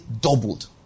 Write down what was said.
doubled